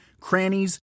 crannies